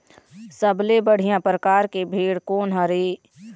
सबले बढ़िया परकार के भेड़ कोन हर ये?